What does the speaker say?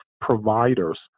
providers